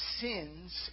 sins